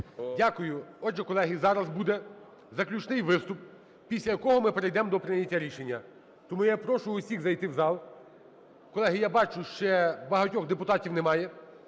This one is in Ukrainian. Дякую. Отже, колеги, зараз буде заключний виступ, після якого ми перейдемо до прийняття рішення. Тому я прошу всіх зайти в зал. Колеги, я бачу, ще багатьох депутатів немає.